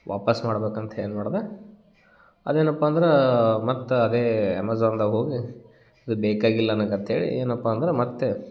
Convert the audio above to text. ವಾಪಸ್ ಮಾಡ್ಬೇಕು ಅಂತ ಏನು ಮಾಡಿದೆ ಅದೇನಪ್ಪ ಅಂದ್ರೆ ಮತ್ತೆ ಅದೇ ಅಮೇಝಾನ್ದಾಗ ಹೋಗಿ ಇದು ಬೇಕಾಗಿಲ್ಲ ನಂಗೆ ಅಂತ ಹೇಳಿ ಏನಪ್ಪ ಅಂದ್ರೆ ಮತ್ತು